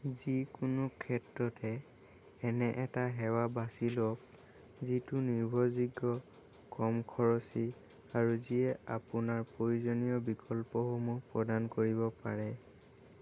যিকোনো ক্ষেত্ৰতে এনে এটা সেৱা বাছি লওক যিটো নিৰ্ভৰযোগ্য কম খৰচী আৰু যিয়ে আপোনাৰ প্ৰয়োজনীয় বিকল্পসমূহ প্ৰদান কৰিব পাৰে